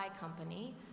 Company